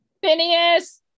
Phineas